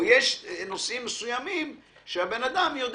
או שיש נושאים מסוימים שהבן אדם יודע